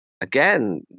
Again